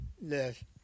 yes